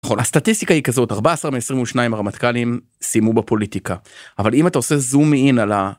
נכון. הסטטיסטיקה היא כזאת, 14 מ-22 הרמטכ"לים סיימו בפוליטיקה. אבל אם אתה עושה זום אין על.